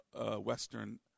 Western